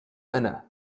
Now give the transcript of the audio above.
أنا